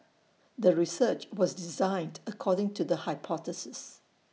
the research was designed according to the hypothesis